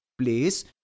place